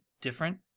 different